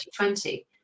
2020